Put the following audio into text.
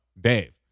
Dave